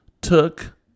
took